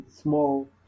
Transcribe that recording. small